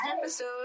episode